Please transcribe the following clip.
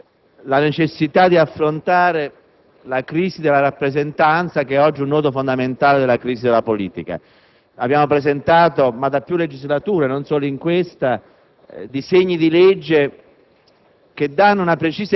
la necessità di affrontare la crisi della rappresentanza che oggi è un nodo fondamentale della crisi della politica. Abbiamo presentato, da più legislature, non solo in questa, disegni di legge